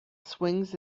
swings